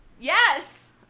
Yes